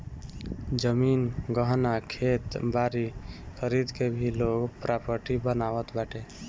जमीन, गहना, खेत बारी खरीद के भी लोग प्रापर्टी बनावत बाटे